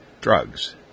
drugs